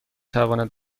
تواند